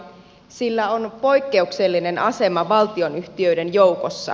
sillä on poikkeuksellinen asema valtionyhtiöiden joukossa